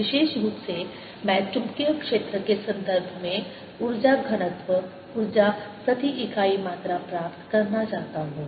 विशेष रूप से मैं चुंबकीय क्षेत्र के संदर्भ में ऊर्जा घनत्व ऊर्जा प्रति इकाई मात्रा प्राप्त करना चाहता हूं